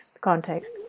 context